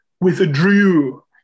withdrew